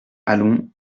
allons